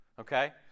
Okay